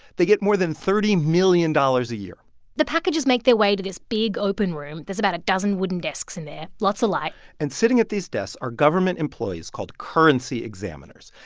they get more than thirty million dollars a year the packages make their way to this big open room. there's about a dozen wooden desks in there, lots of light and sitting at these desks are government employees called currency examiners.